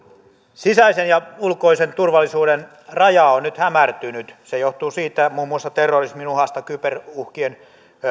sisäisen ja ulkoisen turvallisuuden raja on nyt hämärtynyt se johtuu muun muassa terrorismin uhasta kyberuhkien